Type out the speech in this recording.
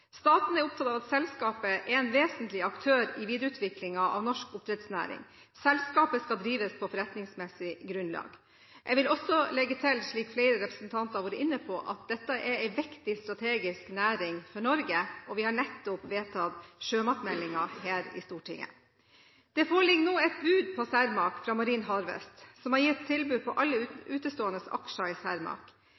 Staten er opptatt av at selskapet er en vesentlig aktør i videreutviklingen av norsk oppdrettsnæring. Selskapet skal drives på forretningsmessig grunnlag.» Jeg vil også legge til, slik flere representanter har vært inne på, at dette er en viktig strategisk næring for Norge, og vi har nettopp vedtatt sjømatmeldingen her i Stortinget. Det foreligger nå et bud på Cermaq fra Marine Harvest, som har gitt tilbud på alle